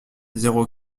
zéro